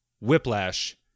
Whiplash